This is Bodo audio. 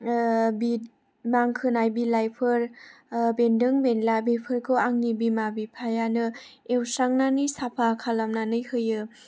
बि मानखोनाय बिफांफोर बेन्दों बेनला बेफोरखौ आंनि बिमा बिफायानो एवस्रांनानै साफा खालामनानै होयो